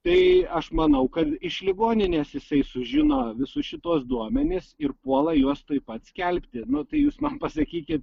tai aš manau kad iš ligoninės jisai sužino visus šituos duomenis ir puola juos tuoj pat skelbti nu tai jūs man pasakykit